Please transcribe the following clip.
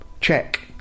Check